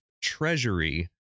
Treasury